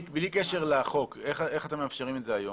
בלי קשר לחוק, איך אתם מאפשרים את זה היום?